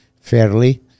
fairly